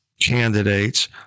candidates